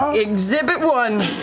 exhibit one,